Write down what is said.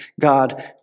God